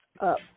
up